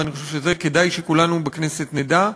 ואני חושב שאת זה כדאי שכולנו בכנסת נדע,